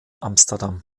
amsterdam